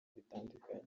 bitandukanye